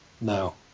No